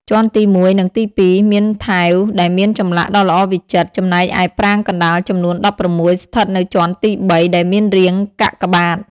ជាន់ទី១ និងទី ២ មានថែវដែលមានចម្លាក់ដ៏ល្អវិចិត្រ ចំណែកឯប្រាង្គកណ្ដាលចំនួន ១៦ ស្ថិតនៅជាន់ទី ៣ ដែលមានរាងកាកបាទ។